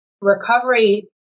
recovery